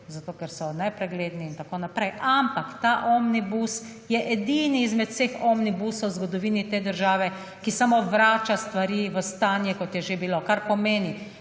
zato, ker so nepregledni in tako naprej, ampak ta omnibus je edini izmed vseh omnibusov v zgodovini te države, ki samo vrača stvari v stanje kot je že bilo, kar pomeni,